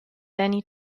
danny